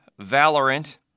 Valorant